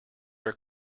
are